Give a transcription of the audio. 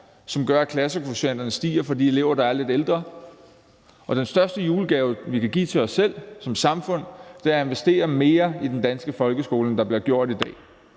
som gør, at klassekvotienterne stiger for de elever, der er lidt ældre. Og den største julegave, vi kan give til os selv som samfund, er at investere mere i den danske folkeskole, end der bliver gjort i dag.